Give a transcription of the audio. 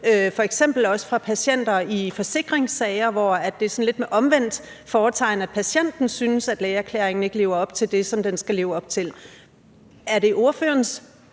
f.eks. også fra patienter i forsikringssager, hvor det er sådan lidt med omvendt fortegn, altså at patienten synes, at lægeerklæringen ikke lever op til det, som den skal leve op til. Er det ordførerens